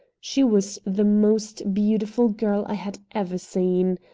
she was the most beautiful girl i had ever seen.